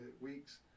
weeks